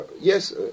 yes